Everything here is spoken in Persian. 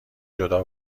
جدا